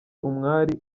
umwari